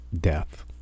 death